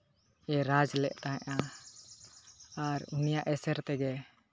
ᱮ ᱨᱟᱡᱽ ᱞᱮᱫ ᱛᱟᱦᱮᱫᱸᱼᱟ ᱟᱨ ᱩᱱᱤᱭᱟᱜ ᱮᱥᱮᱨ ᱛᱮᱜᱮ